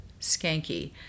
skanky